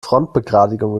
frontbegradigung